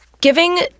Giving